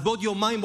אז בעוד יומיים,